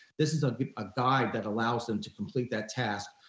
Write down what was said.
this is a ah guide that allows them to complete that task